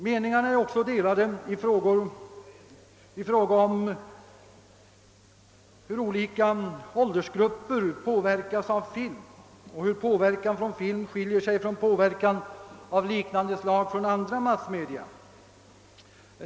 Meningarna är också delade i fråga om hur olika åldersgrupper påverkas av film och hur påverkan från film skiljer sig från påverkan av liknande slag från andra massmedia.